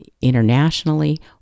internationally